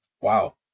wow